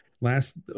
Last